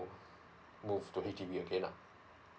move to H_D_B again ah